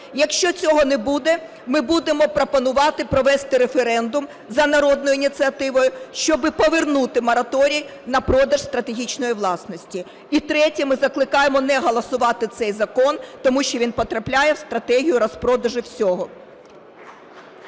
Якщо цього не буде, ми будемо пропонувати провести референдум за народною ініціативною, щоб повернути мораторій на продаж стратегічної власності. І третє. Ми закликаємо не голосувати цей закон, тому що він потрапляє в стратегію розпродажу всього.